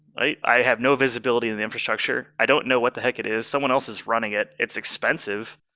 i i have no visibility in the infrastructure. i don't know what the heck it is. someone else is running it. it's expensive,